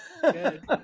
Good